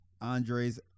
Andres